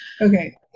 Okay